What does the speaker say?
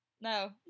no